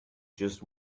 just